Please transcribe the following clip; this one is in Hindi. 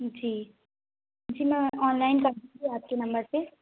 जी जी मैं ऑनलाइन कर दूँगी आपके नंबर पर